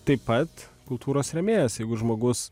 taip pat kultūros rėmėjas jeigu žmogus